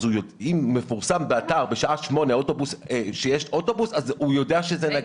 אז אם מפורסם באתר שיש אוטובוס בשעה 08:00 אז הוא יודע שזה נגיש.